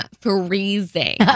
freezing